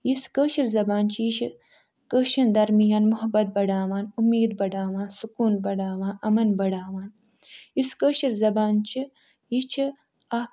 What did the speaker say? یُس کٲشِر زبان چھِ یہِ چھِ کٲشِریٚن درمیان محبت بڑاوان اُمیٖد بڑاوان سکوٗن بڑاوان یِمَن بڑاوان یُس کٲشِر زبان چھِ یہِ چھِ اَکھ